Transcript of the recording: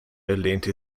lehnte